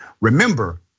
Remember